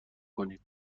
کنید